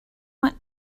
want